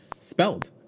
spelled